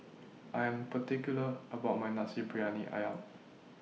I Am particular about My Nasi Briyani Ayam